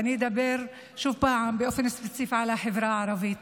ואני אדבר שוב פעם באופן ספציפי על החברה הערבית,